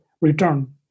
return